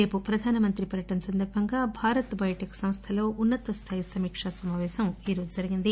రేపు ప్రధానమంత్రి పర్యటన సందర్బంగా భారత్ బయోటెక్ సంస్లలో ఉన్న తస్లాయి సమీకా సమాపేశం ఈరోజు జరిగింది